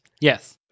Yes